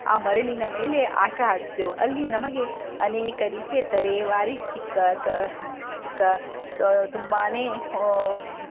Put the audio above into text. ಆ ಮರಳಿನ ಮೇಲೆ ಆಟ ಆಡುತ್ತೆವು ಅಲ್ಲಿ ನಮಗೆ ಅನೇಕ ರೀತಿಯ ತರಹೇವಾರಿ ಚಿಕ್ಕ ಕ್ಕ ಚಿಕ್ಕ ದೊ ತುಂಬಾ